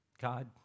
God